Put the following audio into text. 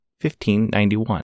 1591